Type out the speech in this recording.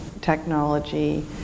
technology